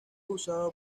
usado